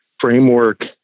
framework